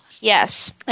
Yes